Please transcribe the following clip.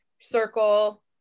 circle